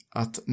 att